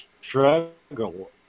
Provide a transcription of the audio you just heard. struggle